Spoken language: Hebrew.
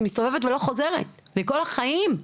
היא מסתובבת ולא חוזרת לכל החיים.